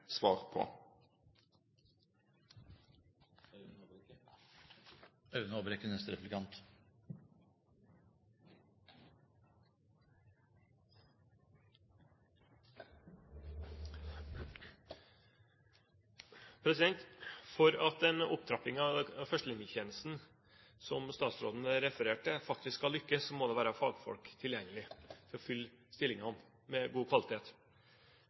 svar på. For at den opptrappingen av førstelinjetjenesten som statsråden refererte til, faktisk skal lykkes, må det være fagfolk tilgjengelig til å fylle stillingene med god kvalitet.